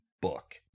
book